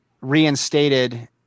reinstated